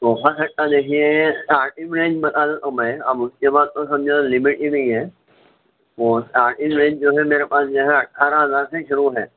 sofa set کا دیکھیے starting range بتا دیتا ہوں میں اب اُس کے بعد تو سمجھو لیمٹ ہی نہیں ہے وہ اسٹارٹنگ رینج جو ہے میرے پاس جو ہے اٹھارہ ہزار سے شروع ہے